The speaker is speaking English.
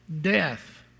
death